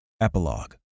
Epilogue